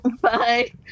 Bye